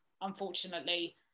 unfortunately